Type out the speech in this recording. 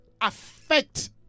affect